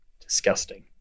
disgusting